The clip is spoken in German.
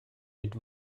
mit